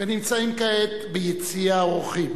ונמצאים עכשיו ביציע האורחים: